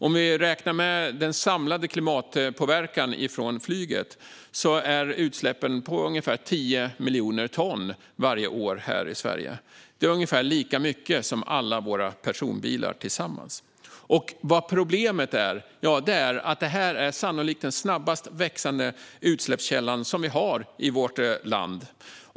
Om vi räknar den samlade klimatpåverkan från flyget är utsläppen ungefär 10 miljoner ton varje år här i Sverige. Det är ungefär lika mycket som utsläppen från alla våra personbilar tillsammans. Problemet är att detta sannolikt är den snabbast växande utsläppskälla vi har i vårt land.